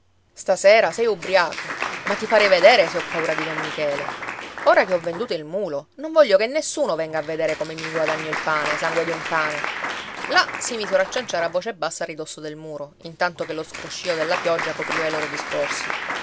stasera sei ubbriaco ma ti farei vedere se ho paura di don michele ora che ho venduto il mulo non voglio che nessuno venga a vedere come mi guadagno il pane sangue di un cane là si misero a cianciare a voce bassa a ridosso del muro intanto che lo scroscio della pioggia copriva i loro discorsi